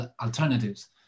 alternatives